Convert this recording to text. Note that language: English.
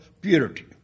purity